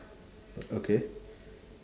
okay